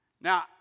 Now